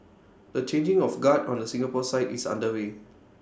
the changing of guard on the Singapore side is underway